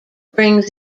brings